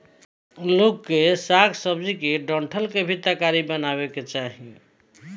लोग के साग सब्जी के डंठल के भी तरकारी बनावे के चाही